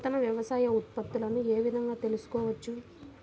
నూతన వ్యవసాయ ఉత్పత్తులను ఏ విధంగా తెలుసుకోవచ్చు?